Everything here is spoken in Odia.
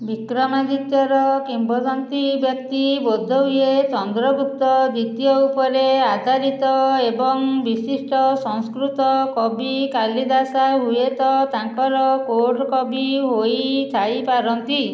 ବିକ୍ରମାଦିତ୍ୟର କିମ୍ବଦନ୍ତୀ ବ୍ୟକ୍ତି ବୋଧହୁଏ ଚନ୍ଦ୍ରଗୁପ୍ତ ଦ୍ୱିତୀୟ ଉପରେ ଆଧାରିତ ଏବଂ ବିଶିଷ୍ଟ ସଂସ୍କୃତ କବି କାଳିଦାସ ହୁଏତ ତାଙ୍କର କୋର୍ଟ କବି ହୋଇ ଥାଇପାରନ୍ତି